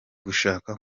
gushaka